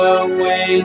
away